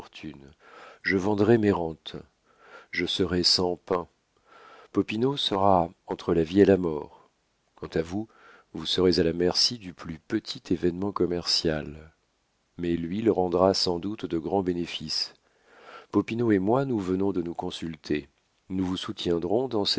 je vendrai mes rentes je serai sans pain popinot sera entre la vie et la mort quant à vous vous serez à la merci du plus petit événement commercial mais l'huile rendra sans doute de grands bénéfices popinot et moi nous venons de nous consulter nous vous soutiendrons